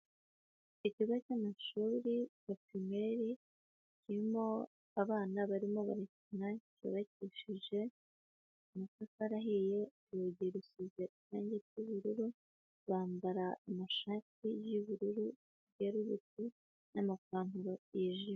Ikigo cy'amashuri ya pirimeri, kirimo abana barimo barakina, yubakishije amatafari ahiye, urugi rusize irangi ry'ubururu, bambara amashati y'ubururu yerurutse n'amapantaro yijimye.